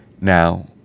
Now